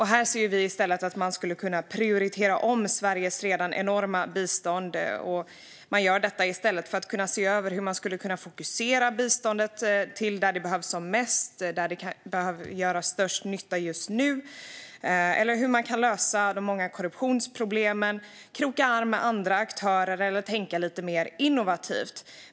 Vi vill i stället prioritera om Sveriges redan enorma bistånd och fokusera biståndet dit där det behövs mest och gör störst nytta, lösa korruptionsproblemen, kroka arm med andra aktörer och tänka lite mer innovativt.